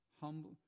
Humble